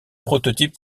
prototypes